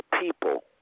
people